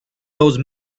those